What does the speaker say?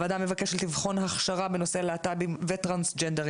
הוועדה מבקשת לבחון הכשרה בנושא להט"בים וטרנסג'נדרים